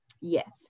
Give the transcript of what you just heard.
Yes